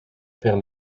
per